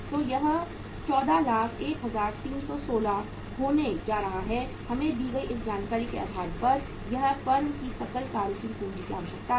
तो यह 1401316 होने जा रहा है हमें दी गई इस जानकारी के आधार पर यह फर्म की सकल कार्यशील पूंजी की आवश्यकता है